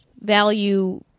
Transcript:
Value